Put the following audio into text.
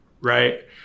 right